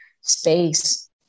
space